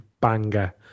banger